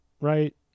right